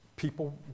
People